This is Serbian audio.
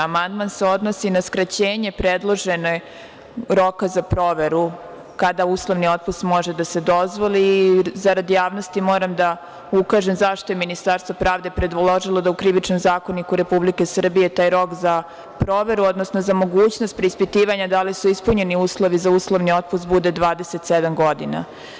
Amandman se odnosi na skraćenje predloženog roka za proveru kada uslovni otpust može da se dozvoli i zarad javnosti moram da ukažemo zašto je Ministarstvo pravde predložilo da u Krivičnom zakoniku Republike Srbije taj rok za proveru, odnosno za mogućnost preispitivanja da li su ispunjeni uslovi za uslovni otpust bude 27 godina.